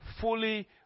fully